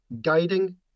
guiding